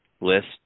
list